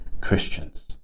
Christians